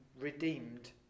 redeemed